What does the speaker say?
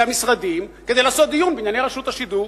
המשרדים כדי לעשות דיון בענייני רשות השידור.